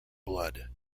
blood